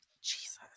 Jesus